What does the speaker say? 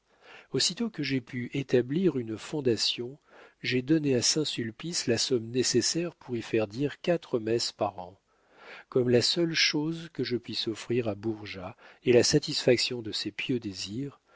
aussitôt que j'ai pu établir une fondation j'ai donné à saint-sulpice la somme nécessaire pour y faire dire quatre messes par an comme la seule chose que je puisse offrir à bourgeat est la satisfaction de ses pieux désirs